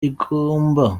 igomba